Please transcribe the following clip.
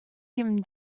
him